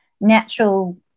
natural